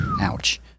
Ouch